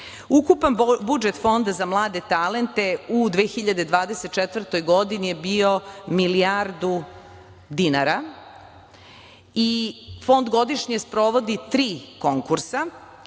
Ukupan budžet Fonda za mlade talente u 2024. godini je bio milijardu dinara i Fond godišnje sprovodi tri konkursa.